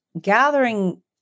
gathering